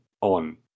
on